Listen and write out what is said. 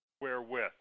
wherewith